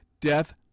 Death